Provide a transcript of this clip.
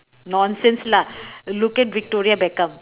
nonsense lah look at victoria-beckham